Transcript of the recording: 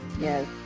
yes